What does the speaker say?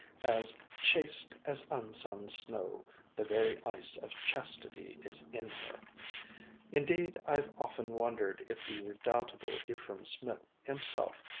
as chaste as unsunned snow the very ice of chastity is in her indeed, i've often wondered if the redoubtable ephraim smith himself,